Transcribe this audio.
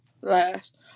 last